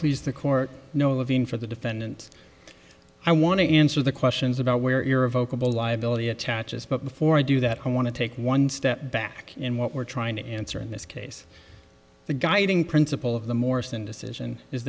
please the court no again for the defendant i want to answer the questions about where your vocal liability attaches but before i do that i want to take one step back in what we're trying to answer in this case the guiding principle of the morrison decision is